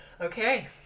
Okay